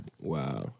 Wow